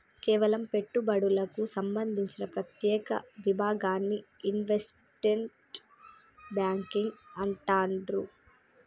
కేవలం పెట్టుబడులకు సంబంధించిన ప్రత్యేక విభాగాన్ని ఇన్వెస్ట్మెంట్ బ్యేంకింగ్ అంటుండ్రు